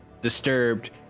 disturbed